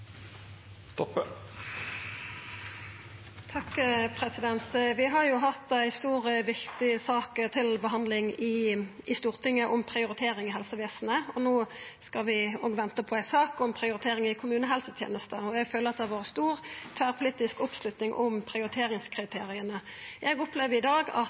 Vi har hatt ei stor og viktig sak til behandling i Stortinget om prioritering i helsevesenet, og no skal vi òg vente på ei sak om prioritering i kommunehelsetenesta. Eg føler at det har vore stor tverrpolitisk oppslutning om prioriteringskriteria. Eg opplever i dag at